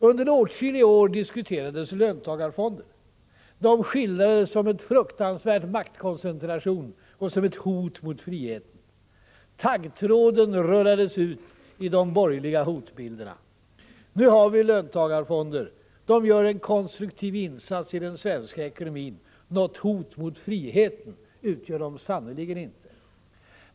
Under åtskilliga år diskuterades löntagarfonder. De skildrades som en fruktansvärd maktkoncentration och som ett hot mot friheten. Taggtråden rullades ut i de borgerliga hotbilderna. Nu har vi löntagarfonder. De gör en konstruktiv insats i den svenska ekonomin. Något hot mot friheten utgör de sannerligen inte.